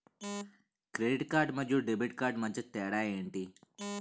Credit card మరియు debit card మధ్య తేడా ఎంటి?